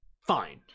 fine